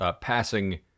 passing